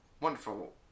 wonderful